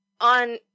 on